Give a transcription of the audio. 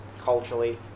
culturally